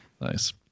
nice